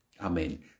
Amen